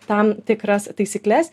tam tikras taisykles